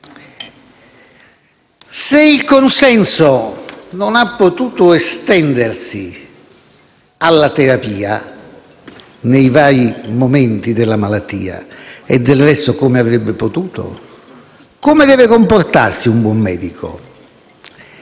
Se il consenso non ha potuto estendersi alla terapia nei vari momenti della malattia (del resto, come avrebbe potuto?), occorre chiedersi come debba comportarsi un buon medico.